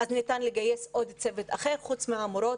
אז ניתן לגייס עוד צוות אחר חוץ מהמורים